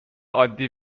عادی